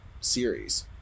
series